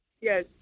Yes